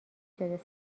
شده